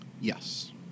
Yes